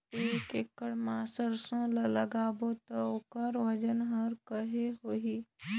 एक एकड़ मा सरसो ला लगाबो ता ओकर वजन हर कते होही?